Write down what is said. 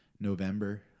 November